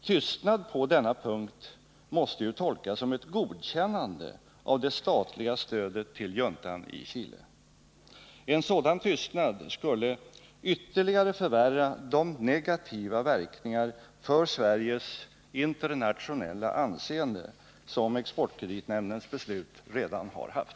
Tystnad på denna punkt måste tolkas som ett godkännande av det statliga stödet till juntan i Chile. En sådan tystnad skulle ytterligare förvärra de negativa verkningar för Sveriges internationella anseende som Exportkreditnämndens beslut redan har haft.